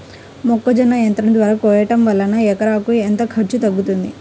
మొక్కజొన్న యంత్రం ద్వారా కోయటం వలన ఎకరాకు ఎంత ఖర్చు తగ్గుతుంది?